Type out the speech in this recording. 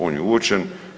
On je uočen.